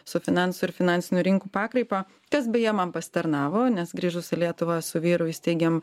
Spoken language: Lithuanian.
su finansų ir finansinių rinkų pakraipa tas beje man pasitarnavo nes grįžus į lietuvą su vyru įsteigėm